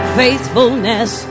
faithfulness